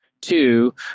Two